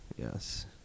Yes